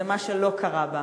זה מה שלא קרה בה,